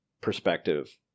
perspective